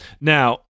Now